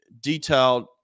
detailed